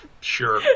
Sure